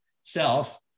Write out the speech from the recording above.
self